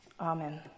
Amen